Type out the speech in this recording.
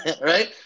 right